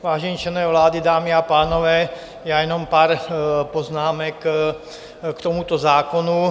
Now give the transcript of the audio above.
Vážení členové vlády, dámy a pánové, jenom pár poznámek k tomuto zákonu.